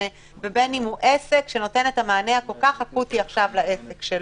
בין אם הוא עסק שנותן את המענה הכל כך אקוטי עכשיו לעסק שלו.